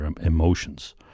emotions